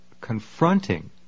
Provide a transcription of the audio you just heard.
confronting